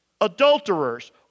adulterers